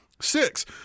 Six